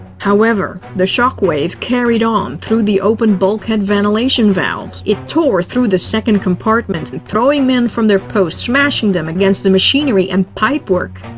however, the shockwave carried on through the opened bulkhead ventilation valves. it tore through the second compartment, and throwing men from their posts and smashing them against the machinery and pipework.